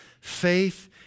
faith